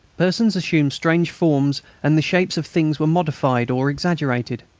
persons assumed strange forms and the shapes of things were modified or exaggerated.